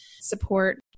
support